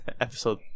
Episode